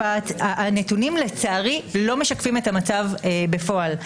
הנתונים לצערי לא משקפים את המצב בפועל.